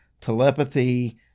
telepathy